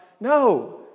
No